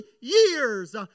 years